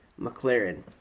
McLaren